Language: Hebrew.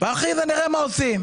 ואחרי זה נראה מה עושים.